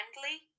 friendly